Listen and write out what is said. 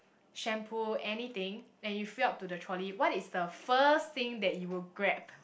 shampoo anything and you fill up to the trolley what is the first thing that you will grab